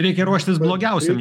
reikia ruoštis blogiausiam